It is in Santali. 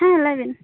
ᱞᱟᱹᱭ ᱵᱤᱱ